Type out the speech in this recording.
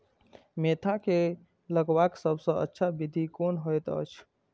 Mentha के लगवाक सबसँ अच्छा विधि कोन होयत अछि?